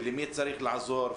ולמי צריך לעזור,